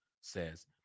says